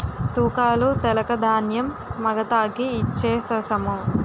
తూకాలు తెలక ధాన్యం మగతాకి ఇచ్ఛేససము